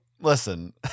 Listen